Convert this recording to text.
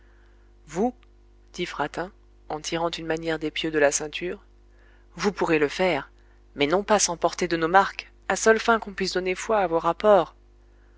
dit fratin en tirant une manière d'épieu de la ceinture vous pourrez le faire mais non pas sans porter de nos marques à seules fins qu'on puisse donner foi à vos rapports